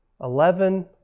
Eleven